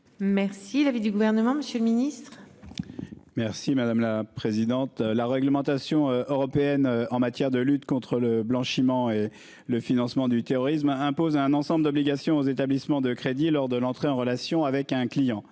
Merci. Il avait du gouvernement, Monsieur le Ministre. Merci madame la présidente, la réglementation européenne en matière de lutte contre le blanchiment et le financement du terrorisme imposé un ensemble d'obligations aux établissements de crédit lors de l'entrée en relation avec un client